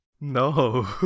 No